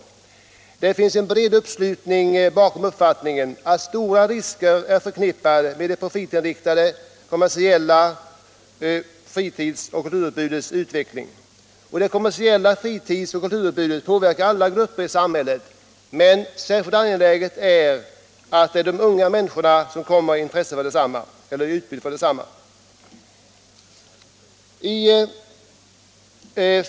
Det finns en bred uppslutning bakom uppfattningen att stora risker är förknippade med det profitinriktade kommersiella fritids och kulturutbudets utveckling. Det kommersiella fritids och kulturutbudet påverkar alla grupper i samhället. Särskilt viktigt är det förhållandet att de unga människorna är mest utsatta för utbudet.